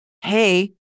Hey